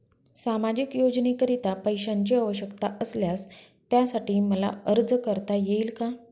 सामाजिक योजनेकरीता पैशांची आवश्यकता असल्यास त्यासाठी मला अर्ज करता येईल का?